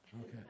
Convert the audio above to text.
Okay